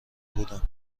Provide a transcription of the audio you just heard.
بودم